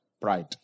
Pride